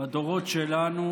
בדורות שלנו.